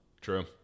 True